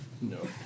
No